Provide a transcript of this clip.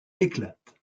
éclate